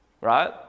right